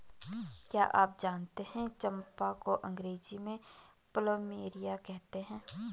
क्या आप जानते है चम्पा को अंग्रेजी में प्लूमेरिया कहते हैं?